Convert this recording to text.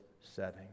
setting